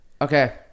Okay